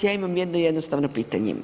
Ja imam jedno jednostavno pitanje.